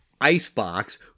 Icebox